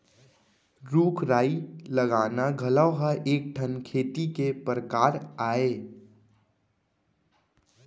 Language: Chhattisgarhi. रूख राई लगाना घलौ ह एक ठन खेती के परकार अय